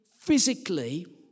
physically